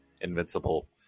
Invincible